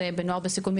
זה בנוער בסיכון,